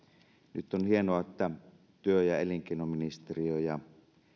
nyt on hienoa että työ ja elinkeinoministeriö ja